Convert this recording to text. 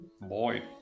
boy